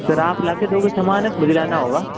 sir आप लाकर दोगे सामान मुझे जाना होगा